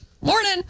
morning